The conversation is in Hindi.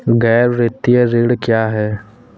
गैर वित्तीय ऋण क्या है?